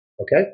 Okay